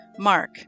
Mark